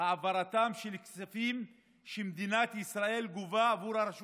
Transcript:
העברתם של כספים שמדינת ישראל גובה עבור הרשות